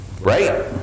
Right